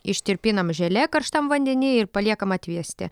ištirpinam želė karštam vandeny ir paliekam atvėsti